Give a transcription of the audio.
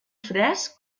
fresc